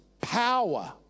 power